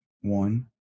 one